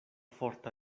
forta